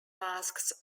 masks